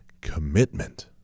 commitment